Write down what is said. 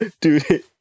Dude